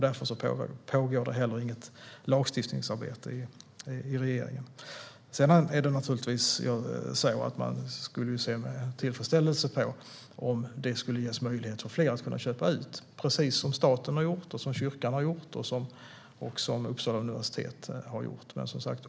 Därför pågår det heller inget lagstiftningsarbete i regeringen. Naturligtvis skulle man se med tillfredsställelse på om det skulle ges möjlighet för fler att kunna köpa ut, precis som staten har gjort, som kyrkan har gjort och som Uppsala universitet har gjort.